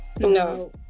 No